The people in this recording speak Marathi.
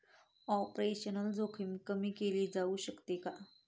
ऑपरेशनल जोखीम कमी केली जाऊ शकते का?